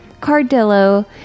Cardillo